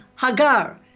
Hagar